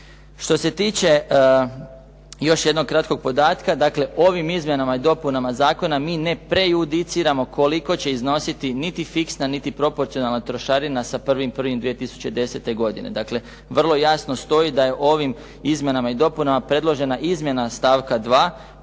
Što se tiče još jednog kratkog podatka. Dakle, ovim izmjenama i dopunama zakona mi ne prejudiciramo koliko će iznositi niti fiksna, niti proporcionalna trošarina sa 1.1.2010. godine. Dakle, vrlo jasno stoji da je ovim izmjenama i dopunama predložena izmjena stavka 2.